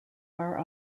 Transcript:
are